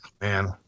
man